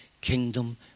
kingdom